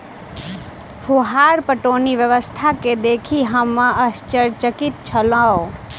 फुहार पटौनी व्यवस्था के देखि हम आश्चर्यचकित छलौं